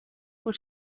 por